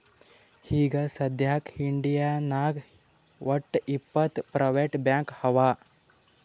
ಈಗ ಸದ್ಯಾಕ್ ಇಂಡಿಯಾನಾಗ್ ವಟ್ಟ್ ಇಪ್ಪತ್ ಪ್ರೈವೇಟ್ ಬ್ಯಾಂಕ್ ಅವಾ